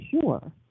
sure